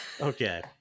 Okay